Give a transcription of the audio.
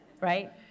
right